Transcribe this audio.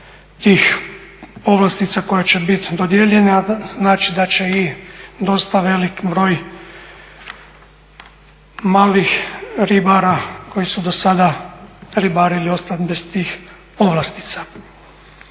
tih povlastica koje će biti dodijeljene a znači da će i dosta velik broj malih ribara koji su do sada ribarili ostati bez tih povlastica.